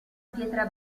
pietra